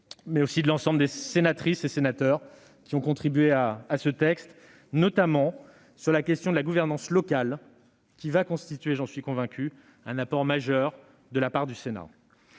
Bonne et de l'ensemble des sénatrices et sénateurs ayant contribué à ce texte, notamment sur la question de la gouvernance locale, qui va constituer, j'en suis convaincu, un apport majeur du Sénat.